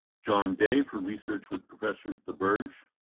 john day for research with professor theberge.